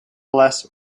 less